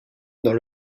dans